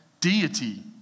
Deity